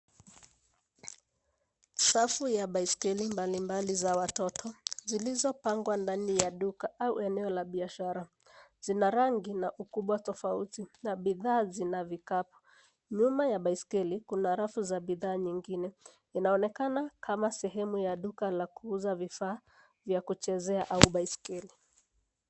Safu ya baiskeli mbali mbali za watoto zilizopangwa ndani ya duka au eneo la biashara, zina rangi na ukubwa tofauti na bidhaa zina vikapu. Nyuma ya baiskeli kuna rafu za bidhaa nyingine, inaonekana kama sehemu ya duka la kuuza vifaa vya kuchezea au baiskeli.